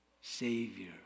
Savior